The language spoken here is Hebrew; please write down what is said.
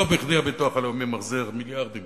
לא בכדי הביטוח הלאומי מחזיר מיליארדים